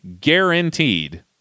guaranteed